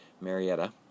Marietta